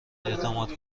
اعتماد